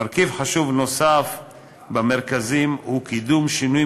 מרכיב חשוב נוסף במרכזים הוא קידום שינוי